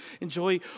Enjoy